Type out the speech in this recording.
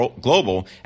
global